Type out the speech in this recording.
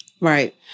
Right